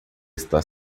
está